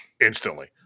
instantly